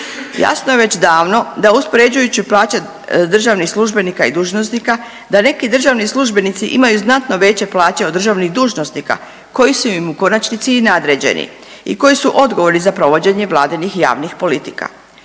Jasno je već davno da uspoređujući plaće državnih službenika i dužnosnika da neki državni službenici imaju znatno veće plaće od državnih dužnosnika koji su im u konačnici i nadređeni i koji su odgovorni za provođenje vladinih javnih politika.